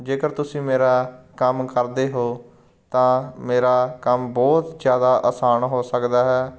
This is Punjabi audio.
ਜੇਕਰ ਤੁਸੀਂ ਮੇਰਾ ਕੰਮ ਕਰਦੇ ਹੋ ਤਾਂ ਮੇਰਾ ਕੰਮ ਬਹੁਤ ਜ਼ਿਆਦਾ ਅਸਾਨ ਹੋ ਸਕਦਾ ਹੈ